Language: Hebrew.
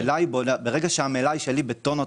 ברגע שהמלאי שלי גדל בטונות,